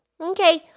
Okay